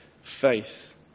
faith